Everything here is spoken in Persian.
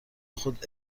خود